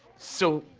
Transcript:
so,